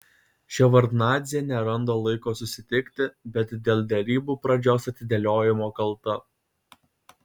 ševardnadzė neranda laiko susitikti bet dėl derybų pradžios atidėliojimo kalta